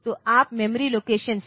तो आप memory location से